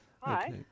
Hi